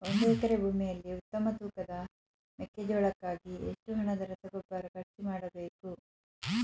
ಒಂದು ಎಕರೆ ಭೂಮಿಯಲ್ಲಿ ಉತ್ತಮ ತೂಕದ ಮೆಕ್ಕೆಜೋಳಕ್ಕಾಗಿ ಎಷ್ಟು ಹಣದ ರಸಗೊಬ್ಬರ ಖರ್ಚು ಮಾಡಬೇಕು?